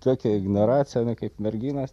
kokia ignoracija ane kaip merginos